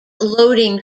loading